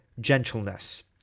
gentleness